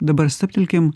dabar stabtelkim